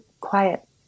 quiet